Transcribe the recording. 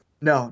No